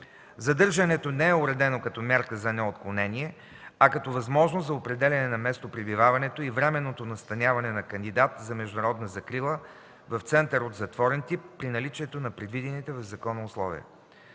Задържането не е уредено като мярка за неотклонение, а като възможност за определяне на местопребиваването и временното настаняване на кандидат за международна закрила в център от затворен тип при наличието на предвидените в закона условия.